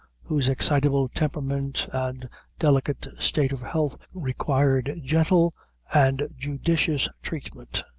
whose excitable temperament and delicate state of health required gentle and judicious treatment.